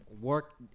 work